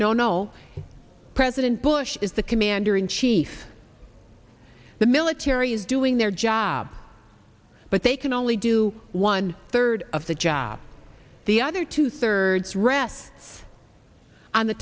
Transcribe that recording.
no no president bush is the commander in chief the military is doing their job but they can only do one third of the job the other two thirds rests on the